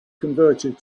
converted